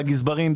לגזברים,